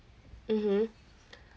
mmhmm